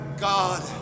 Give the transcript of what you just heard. God